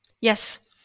Yes